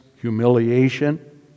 humiliation